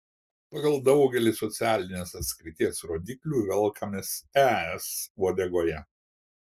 pagal daugelį socialinės atskirties rodiklių velkamės es uodegoje